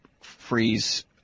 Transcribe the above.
Freeze